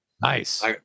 nice